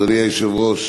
אדוני היושב-ראש,